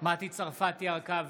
מטי צרפתי הרכבי,